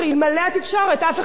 אף אחד לא היה יודע מזה.